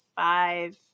Five